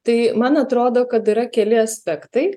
tai man atrodo kad yra keli aspektai